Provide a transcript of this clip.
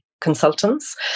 consultants